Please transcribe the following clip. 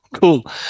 cool